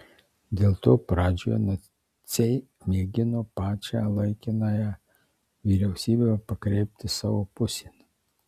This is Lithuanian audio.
dėl to pradžioje naciai mėgino pačią laikinąją vyriausybę pakreipti savo pusėn